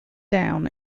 down